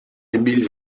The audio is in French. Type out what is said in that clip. émile